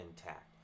intact